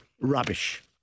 rubbish